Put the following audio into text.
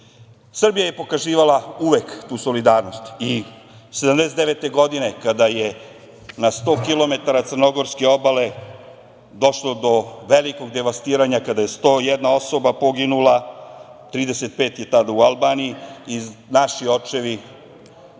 je pokazivala uvek tu solidarnost i 1979. godine kada je na sto kilometara crnogorske obale došlo do velikog devastiranja kada je 101 osoba poginula, 35 je tada u Albaniji i naši očevi